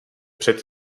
před